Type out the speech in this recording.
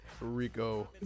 Rico